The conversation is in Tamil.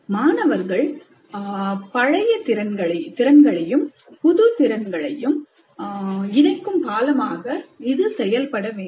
மாணவர்களின் பழைய திறன்களையும் புது திறன்களையும் இணைக்கும் பாலமாக இது செயல்படவேண்டும்